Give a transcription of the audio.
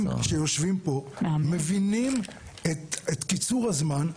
שיושבים פה מבינים את קיצור הזמן,